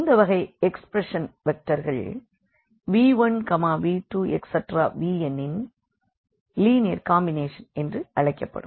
இந்த வகை எக்ஸ்ப்ரஷன் வெக்டர்கள் v1v2vn இன் லீனியர் காம்பினேஷன் என்று அழைக்கப்படும்